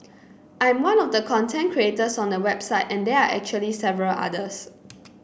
I am one of the content creators on the website and there are actually several others